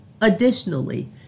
Additionally